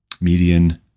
Median